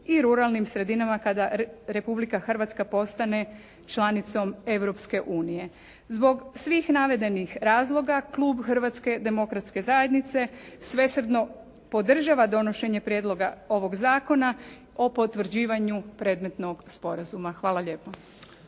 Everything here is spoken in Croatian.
i ruralnim sredinama kada Republika Hrvatska postane članicom Europske unije. Zbog svih navedenih razloga klub Hrvatske demokratske zajednice svesrdno podržava donošenje prijedloga ovog zakona o potvrđivanju predmetnog sporazuma. Hvala lijepo.